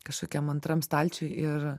kažkokiam antram stalčiuj ir